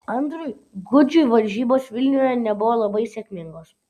andriui gudžiui varžybos vilniuje nebuvo labai sėkmingos